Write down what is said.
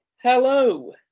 Hello